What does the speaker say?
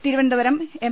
തിരുവ നന്തപുരം എം